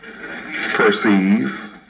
perceive